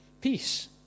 peace